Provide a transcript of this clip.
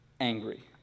angry